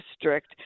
district